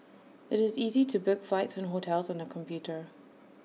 IT is easy to book flights and hotels on the computer